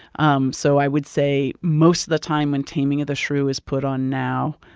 um so i would say most of the time, when taming of the shrew is put on now,